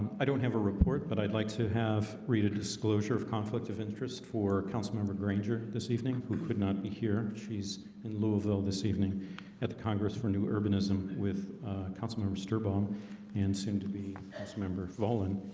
i don't have a report but i'd like to have read a disclosure of conflict of interest for councilmember grainger this evening who could not be here she's in louisville this evening at the congress for new urbanism with councilman. mr baum and seem to be as member fallen